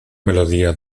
melodía